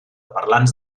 parlants